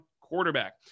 quarterback